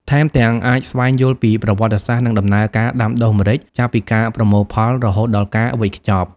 ថែមទាំង អាចស្វែងយល់ពីប្រវត្តិសាស្រ្ត និងដំណើរការដាំដុះម្រេច ចាប់ពីការប្រមូលផល រហូតដល់ការវេចខ្ចប់។